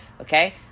okay